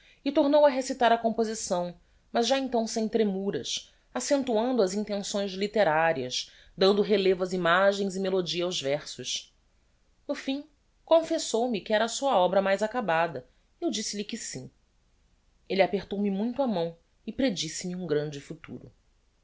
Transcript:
e tornou a recitar a composição mas já então sem tremuras accentuando as intenções litterarias dando relevo ás imagens e melodia aos versos no fim confessou-me que era a sua obra mais acabada eu disse-lhe que sim elle apertou-me muito a mão e predisse me um grande futuro